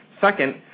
Second